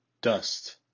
dust